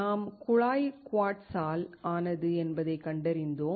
நாம் குழாய் குவார்ட்ஸால் ஆனது என்பதைக் கண்டறிந்தோம்